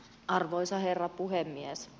arvoisa herra puhemies